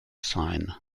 sign